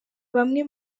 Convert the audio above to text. bamwe